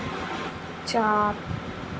चार